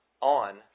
on